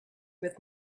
with